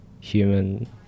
human